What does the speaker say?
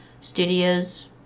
Studios